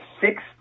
six